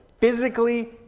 physically